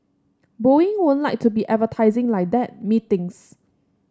Boeing wouldn't like to be advertising like that methinks